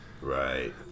Right